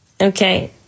okay